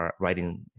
writing